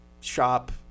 shop